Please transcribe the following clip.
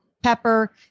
Pepper